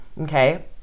Okay